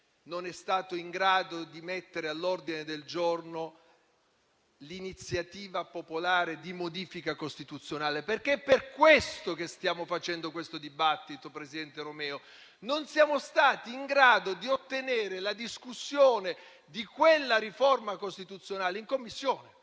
non è stato in grado di porre all'ordine del giorno l'iniziativa popolare di modifica costituzionale. È per questo che stiamo facendo questo dibattito, presidente Romeo: non siamo stati in grado di ottenere la discussione di quella riforma costituzionale in Commissione.